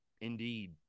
indeed